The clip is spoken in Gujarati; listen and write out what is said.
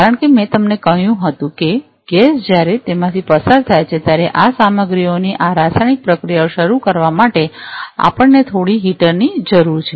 કારણ કે મેં તમને કહ્યું હતું કે ગેસ જ્યારે તેમાંથી પસાર થાય છે ત્યારે આ સામગ્રીઓની આ રાસાયણિક પ્રક્રિયાઓ શરૂ કરવા માટે આપણ ને થોડી હીટર ની જરૂર છે